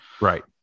Right